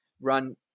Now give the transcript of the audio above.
run